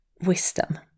wisdom